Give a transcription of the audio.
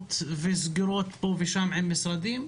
התקדמות וסגירות פה ושם עם משרדים,